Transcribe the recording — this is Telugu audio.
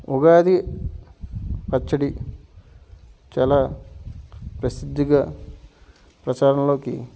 ఉగాది పచ్చడి చాలా ప్రసిద్ధిగా ప్రచారంలోకి